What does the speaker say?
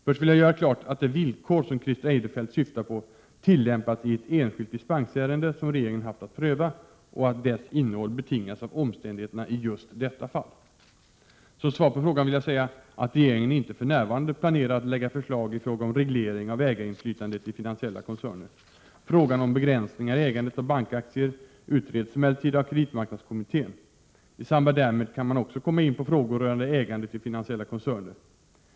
Först vill jag göra klart att det villkor som Christer Eirefelt syftar på tillämpats i ett enskilt dispensärende som regeringen haft att pröva och att dess innehåll betingats av omständigheterna i just detta fall. Som svar på frågan vill jag säga att regeringen inte för närvarande planerar att lägga fram förslag i fråga om reglering av ägarinflytandet i finansiella koncerner. Frågan om begränsningar i ägandet av bankaktier utreds emellertid av kreditmarknadskommittén. I samband därmed kan man också komma in på frågor rörande ägandet i finansiella koncerner.